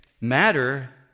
matter